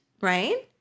right